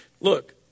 look